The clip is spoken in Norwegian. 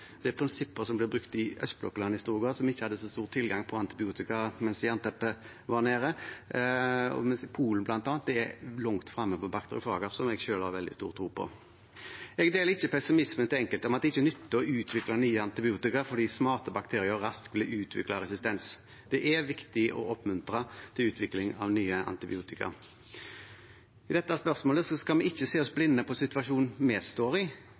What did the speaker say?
Det er prinsipper som ble brukt i østblokkland i stor grad, som ikke hadde så stor tilgang på antibiotika da jernteppet var nede. Polen bl.a. er langt fremme på bakteriofager, som jeg selv har veldig stor tro på. Jeg deler ikke pessimismen til enkelte om at det ikke nytter å utvikle nye antibiotika fordi smarte bakterier raskt vil utvikle resistens. Det er viktig å oppmuntre til utvikling av nye antibiotika. I dette spørsmålet skal vi ikke se oss blinde på situasjonen vi står i,